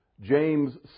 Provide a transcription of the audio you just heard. James